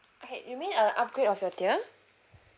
okay you mean a upgrade of your tier